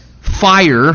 fire